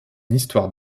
histoire